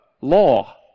Law